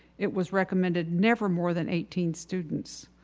it was recommended never more than eighteen students.